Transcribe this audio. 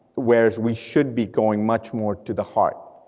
whereas we should be going much more to the heart.